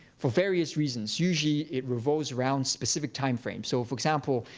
for various reasons, usually it revolves around specific time frames. so for example,